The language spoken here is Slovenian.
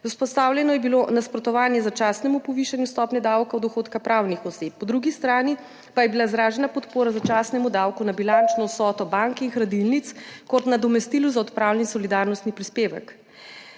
Vzpostavljeno je bilo nasprotovanje začasnemu povišanju stopnje davka od dohodka pravnih oseb. Po drugi strani pa je bila izražena podpora začasnemu davku na bilančno vsoto bank in hranilnic kot nadomestilu za odpravljen solidarnostni prispevek.